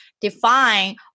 define